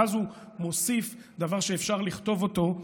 ואז הוא מוסיף דבר שאפשר לכתוב אותו,